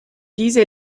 diese